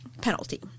penalty